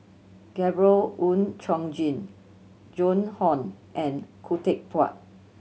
Gabriel Oon Chong Jin Joan Hon and Khoo Teck Puat